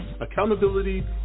accountability